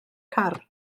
car